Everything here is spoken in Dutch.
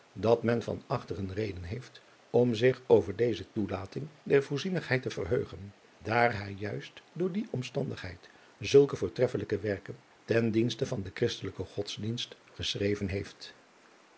het leven van hillegonda buisman reden heeft om zich over deze toelating der voorzienigheid te verheugen daar hij juist door die omstandigheid zulke voortreffelijke werken ten dienste van den christelijken godsdienst geschreven heeft